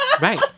Right